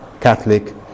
catholic